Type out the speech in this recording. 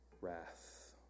wrath